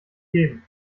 geben